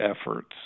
efforts